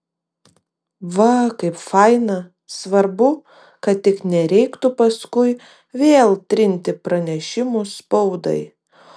va kaip faina svarbu kad tik nereiktų paskui vėl trinti pranešimų spaudai